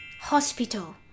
hospital